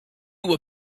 were